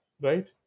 right